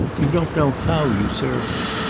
you don't know how you serve me.